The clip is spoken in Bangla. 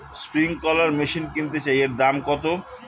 স্প্রিংকলার মেশিন কিনতে চাই এর দাম কত?